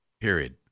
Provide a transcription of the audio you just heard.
Period